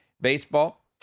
baseball